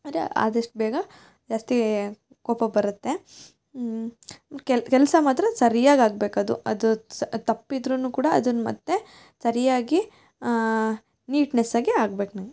ಆದರೆ ಆದಷ್ಟು ಬೇಗ ಜಾಸ್ತಿ ಕೋಪ ಬರುತ್ತೆ ಕೆಲಸ ಮಾತ್ರ ಸರಿಯಾಗಿ ಆಗಬೇಕು ಅದು ಅದು ಸ್ ಅದು ತಪ್ಪಿದ್ರೂ ಕೂಡ ಅದನ್ನು ಮತ್ತು ಸರಿಯಾಗಿ ನೀಟ್ನೆಸ್ಸಾಗಿ ಆಗ್ಬೇಕು ನಂಗೆ